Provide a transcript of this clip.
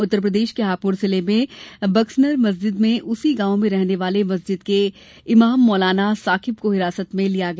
उत्तर प्रदेश के हापुड़ जिले में बक्सनर मस्जिद में उसी गांव में रहने वाले मस्जिद के इमाम मौलाना साकिब को हिरासत में लिया गया